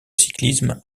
cyclisme